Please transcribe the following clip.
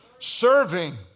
serving